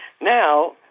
Now